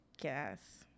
guess